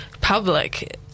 public